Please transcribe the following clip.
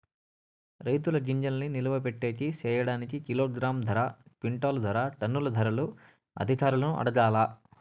రైతుల గింజల్ని నిలువ పెట్టేకి సేయడానికి కిలోగ్రామ్ ధర, క్వింటాలు ధర, టన్నుల ధరలు అధికారులను అడగాలా?